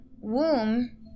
womb